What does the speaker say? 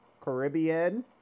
Caribbean